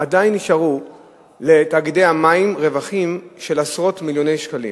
עדיין נשארו לתאגידי המים רווחים של עשרות מיליוני שקלים.